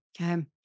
Okay